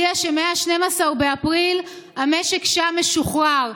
שמ-12 באפריל המשק שם משוחרר,